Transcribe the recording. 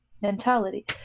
mentality